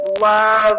love